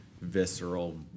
visceral